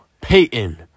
Peyton